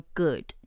good